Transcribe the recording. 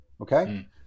okay